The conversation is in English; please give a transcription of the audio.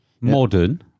Modern